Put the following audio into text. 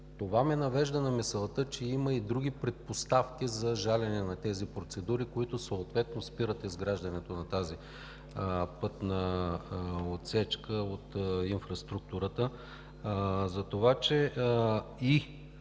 Това ме навежда на мисълта, че има и други предпоставки за жалене на тези процедури, които съответно спират изграждането на пътната отсечка от инфраструктурата.